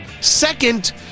Second